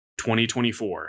2024